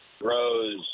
grows